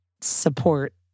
support